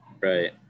right